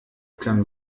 klang